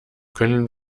können